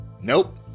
Nope